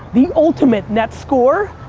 the ultimate net score,